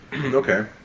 Okay